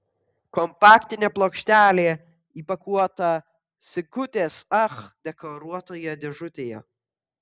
kompaktinė plokštelė įpakuota sigutės ach dekoruotoje dėžutėje